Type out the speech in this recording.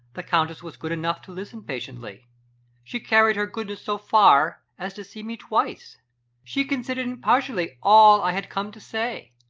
the countess was good enough to listen patiently she carried her goodness so far as to see me twice she considered impartially all i had come to say.